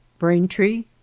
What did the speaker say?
Braintree